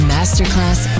Masterclass